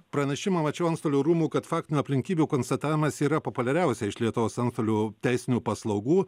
pranešimą mačiau antstolių rūmų kad faktinių aplinkybių konstatavimas yra populiariausia iš lietuvos antstolių teisinių paslaugų